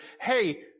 Hey